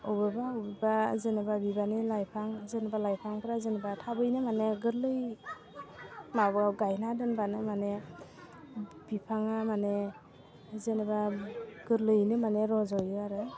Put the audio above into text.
बबेबा बबेबा जेनेबा बिबारनि लाइफां जेनेबा लाइफांफ्रा जेनेबा थाबैनो माने गोरलै माबायाव गायना दोनबानो माने बिफाङा माने जेनेबा गोरलैयैनो माने रज'यो आरो